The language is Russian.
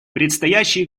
предстоящие